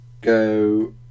go